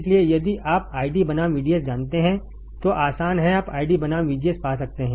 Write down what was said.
इसलिए यदि आप आईडी बनाम VDS जानते हैं तो आसान है आप आईडी बनाम VGS पा सकते हैं